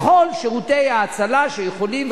לכל שירותי ההצלה שיכולים,